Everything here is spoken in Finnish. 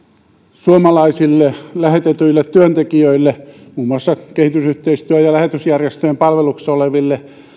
suomalaisille lähetetyille työntekijöille muun muassa kehitysyhteistyö ja lähetysjärjestöjen palveluksessa oleville